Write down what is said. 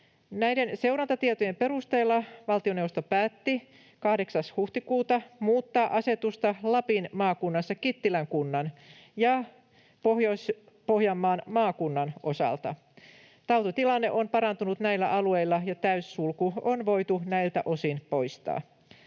Näiden seurantatietojen perusteella valtioneuvosto päätti 8. huhtikuuta muuttaa asetusta Lapin maakunnassa Kittilän kunnan osalta ja Pohjois-Pohjanmaan maakunnan osalta. Tautitilanne on parantunut näillä alueilla, ja täyssulku on voitu näiltä osin poistaa.